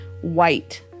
white